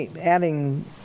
adding